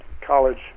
college